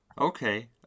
Okay